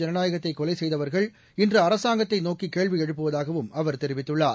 ஜனநாயகத்தை கொலை செய்தவர்கள் இன்று அரசாங்கத்தை நோக்கி கேள்வி எழுப்புவதாகவும் அவர் தெரிவித்துள்ளார்